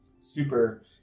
super